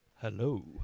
Hello